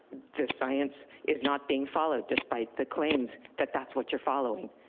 the science is not being followed despite the claims that that's what you're following.